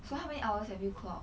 so how many hours have you clocked